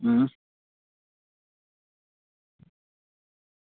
अं